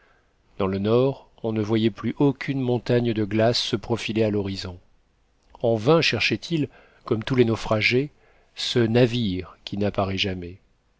dans le nord on ne voyait plus aucune montagne de glace se profiler à l'horizon en vain cherchait-il comme tous les naufragés ce navire qui n'apparaît jamais